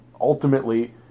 ultimately